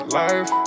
life